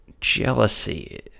jealousy